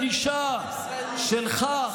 הגישה שלך,